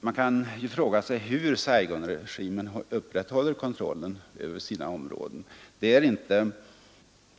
Man kan fråga sig hur Saigonregimen upprätthåller kontrollen över sina områden.